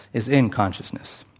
is in consciousness.